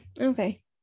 okay